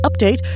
update